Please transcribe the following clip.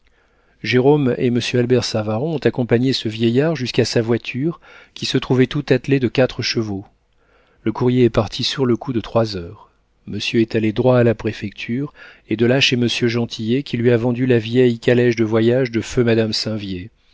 jérôme et monsieur albert savaron ont accompagné ce vieillard jusqu'à sa voiture qui se trouvait tout attelée de quatre chevaux le courrier est parti sur le coup de trois heures monsieur est allé droit à la préfecture et de là chez monsieur gentillet qui lui a vendu la vieille calèche de voyage de feu madame